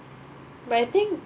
but I think